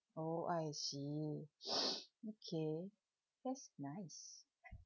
oh I see okay that's nice